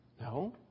No